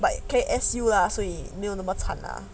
but lah 所以没有那么惨 ah